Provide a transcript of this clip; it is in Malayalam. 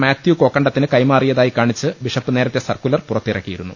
മാത്യു കോക്കണ്ട ത്തിന് കൈമാറിയതായി കാണിച്ച് ബിഷപ്പ് നേരത്തെ സർക്കുലർ പുറത്തിറക്കിയിരുന്നു